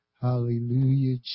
Hallelujah